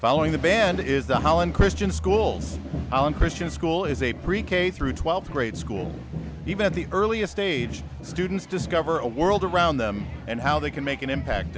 following the band is the holland christian schools christian school is a pre k through twelfth grade school even at the earliest age students discover a world around them and how they can make an impact